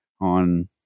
on